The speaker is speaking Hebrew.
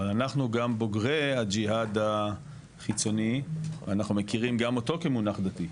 אבל אנחנו גם בוגרי הג'יהאד החיצוני ואנחנו מכירים גם אותו כמונח דתי.